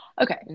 okay